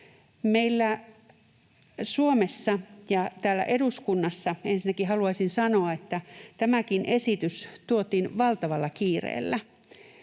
Meillä Suomessa ja täällä eduskunnassa, ensinnäkin haluaisin sanoa, tämäkin esitys tuotiin valtavalla kiireellä.